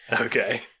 Okay